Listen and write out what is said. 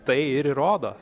tai ir įrodo